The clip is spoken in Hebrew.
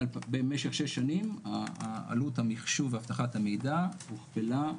במשך שש שנים עלות המחשוב ואבטחת המידע הוכפלה,